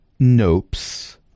nopes